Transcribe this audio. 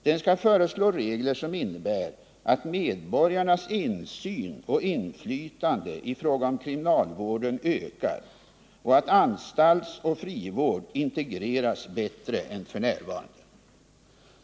Den skall föreslå regler som innebär att medborgarnas insyn och inflytande i fråga om kriminalvården ökar och att anstaltsoch frivård integreras bättre än f. n.